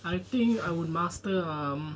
I think I would master um